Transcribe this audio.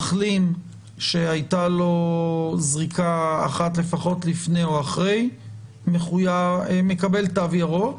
מחלים שהייתה לו זריקה אחת לפחות לפני או אחרי מקבל תו ירוק.